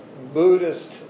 Buddhist